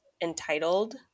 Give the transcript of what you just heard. entitled